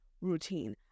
routine